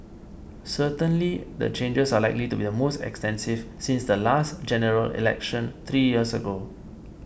certainly the changes are likely to be the most extensive since the last General Election three years ago